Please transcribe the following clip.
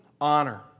honor